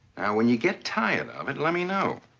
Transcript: when you get tired of it, let me know.